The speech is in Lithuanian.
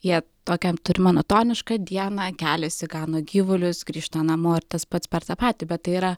jie tokiam turi monotonišką dieną keliasi gano gyvulius grįžta namo ir tas pats per tą patį bet tai yra